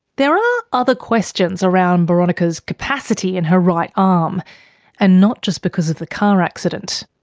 there are other questions around boronika's capacity in her right arm and not just because of the car accident.